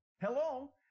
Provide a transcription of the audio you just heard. hello